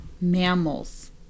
mammals